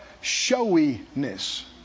showiness